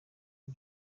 byo